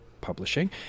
publishing